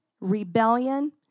rebellion